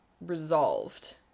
resolved